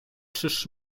czyż